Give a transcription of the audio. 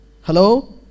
Hello